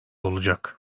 olacak